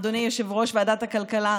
אדוני יושב-ראש ועדת הכלכלה,